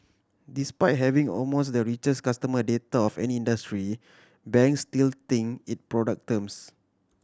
despite having amongst the richest customer data of any industry banks still think in product terms